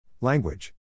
Language